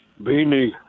Beanie